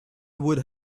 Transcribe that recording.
would